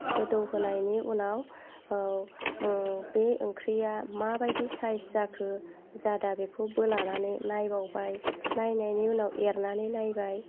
गोदौ होनायनि उनाव बे ओंख्रिया माबायदि सायस जाखो जादा बेखौ बोलानानै नायबावबाय नायनायनि उनाव एरनानै नायबाय